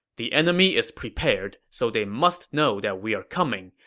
the enemy is prepared, so they must know that we're coming.